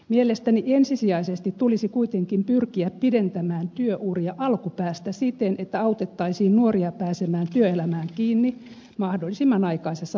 mielestäni ensisijaisesti tulisi kuitenkin pyrkiä pidentämään työuria alkupäästä siten että autettaisiin nuoria pääsemään työelämään kiinni mahdollisimman aikaisessa vaiheessa